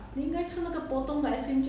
last time last time two seventy